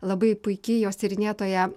labai puiki jos tyrinėtoja